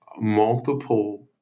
multiple